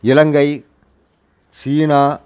இலங்கை சீனா